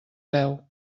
veu